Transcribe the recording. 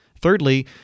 Thirdly